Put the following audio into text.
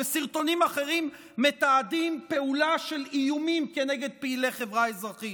וסרטונים אחרים מתעדים פעולה של איומים כנגד פעילי חברה אזרחית.